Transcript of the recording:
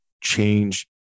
change